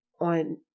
on